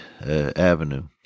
Avenue